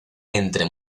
entre